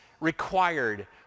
required